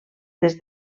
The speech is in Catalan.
des